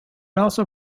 also